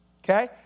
Okay